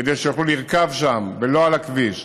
כדי שיוכלו לרכוב שם ולא על הכביש,